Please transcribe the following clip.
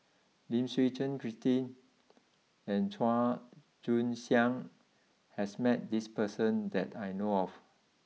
Lim Suchen Christine and Chua Joon Siang has met this person that I know of